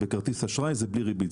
כרטיס אשראי זה בלי ריבית.